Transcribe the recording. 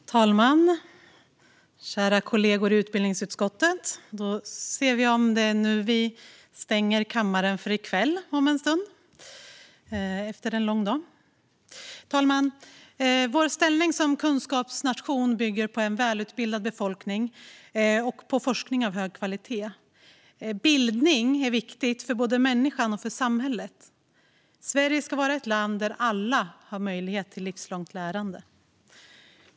Fru talman och kära kollegor i utbildningsutskottet! Om en stund stänger vi kammaren för i kväll efter en lång dag. Fru talman! Vår ställning som kunskapsnation bygger på en välutbildad befolkning och på forskning av hög kvalitet. Bildning är viktigt för både människan och samhället. Sverige ska vara ett land där alla har möjlighet till livslångt lärande.